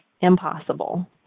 impossible